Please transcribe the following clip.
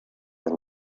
and